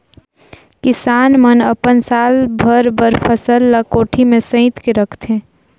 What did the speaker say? किसान मन अपन साल भर बर फसल ल कोठी में सइत के रखथे